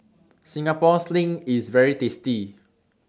Singapore Sling IS very tasty